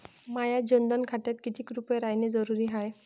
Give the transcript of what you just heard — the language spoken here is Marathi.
माह्या जनधन खात्यात कितीक रूपे रायने जरुरी हाय?